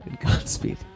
Godspeed